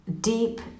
deep